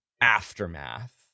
aftermath